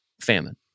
famine